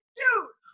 dude